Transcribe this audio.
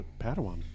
Padawan